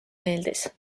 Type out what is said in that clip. meeldis